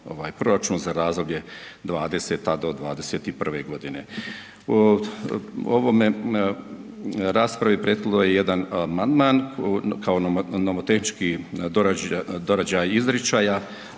proračunu za razdoblje 20.-21. g. Ovome raspravi prethodilo je jedan amandman kao nomotehnički dorađaj izričaja,